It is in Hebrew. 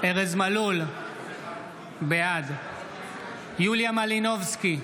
ארז מלול, בעד יוליה מלינובסקי,